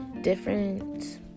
different